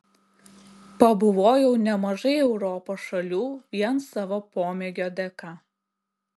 pabuvojau nemažai europos šalių vien savo pomėgio dėka